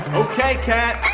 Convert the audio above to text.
ok, cat,